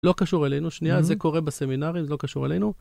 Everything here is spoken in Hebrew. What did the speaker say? לא קשור אלינו, שנייה, זה קורה בסמינרים, זה לא קשור אלינו.